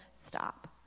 stop